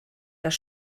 das